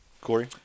Corey